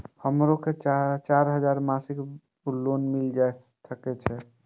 हमरो के चार हजार मासिक लोन मिल सके छे?